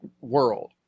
world